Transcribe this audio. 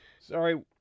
Sorry